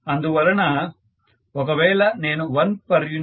అందువలన ఒకవేళ నేను 1 p